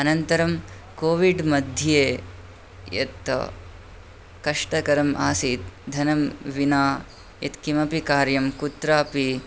अनन्तरं कोविड् मध्ये यत् कष्टकरम् आसीत् धनं विना यत् किमपि कार्यं कुत्रापि